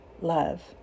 Love